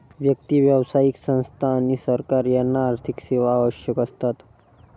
व्यक्ती, व्यावसायिक संस्था आणि सरकार यांना आर्थिक सेवा आवश्यक असतात